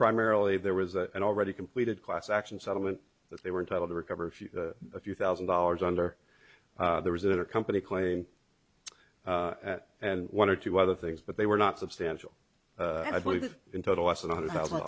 primarily there was an already completed class action settlement that they were entitled to recover a few thousand dollars under there was a company claiming that and one or two other things but they were not substantial and i believe in total less than a hundred thousand